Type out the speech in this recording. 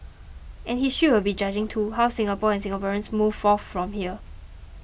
and history will be judging too how Singapore and Singaporeans move forth from here